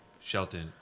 Shelton